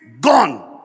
gone